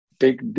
take